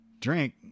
drink